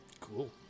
Cool